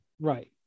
Right